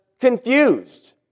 confused